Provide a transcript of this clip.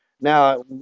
now